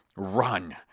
run